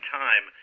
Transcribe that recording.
time